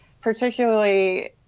Particularly